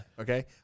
Okay